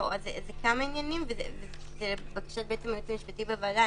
אלה כמה עניינים וזה לבקשת היועץ המשפטי לוועדה,